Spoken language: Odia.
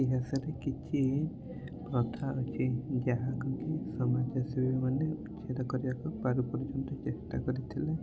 ସମାଜରେ କିଛି ପ୍ରଥା ଅଛି ଯାହାକୁ କି ସମାଜସେବୀମାନେ ଉଚ୍ଛେଦ କରିବାକୁ ପାରୁ ପର୍ଯ୍ୟନ୍ତ ଚେଷ୍ଟା କରିଥିଲେ